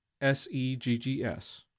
S-E-G-G-S